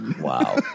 Wow